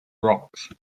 rocks